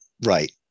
right